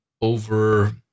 over